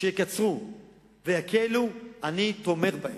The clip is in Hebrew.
שיקצרו ויקלו, אני תומך בהן.